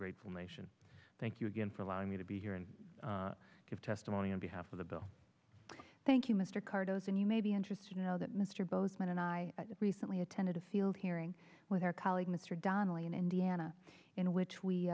grateful nation thank you again for allowing me to be here and give testimony on behalf of the bill thank you mr cardoza you may be interested to know that mr both men and i recently attended a field hearing with our colleague mr donnelly in indiana in which we